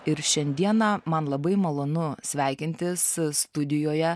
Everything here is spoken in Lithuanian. ir šiandieną man labai malonu sveikinti s studijoje